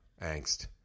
angst